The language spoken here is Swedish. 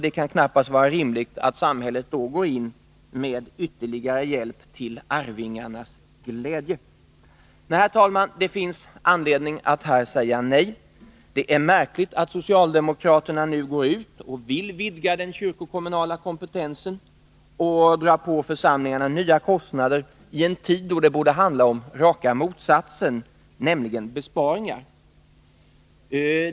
Det kan knappast vara rimligt att samhället då till arvingarnas glädje går in med ytterligare hjälp. Herr talman! Det finns, som sagt, anledning att här säga nej. Det är märkligt att socialdemokraterna nu går ut och vill vidga den kyrkokommunala kompetensen och dra på församlingarna nya kostnader i en tid då det borde handla om raka motsatsen, nämligen besparingar.